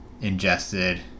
ingested